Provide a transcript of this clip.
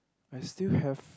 I still have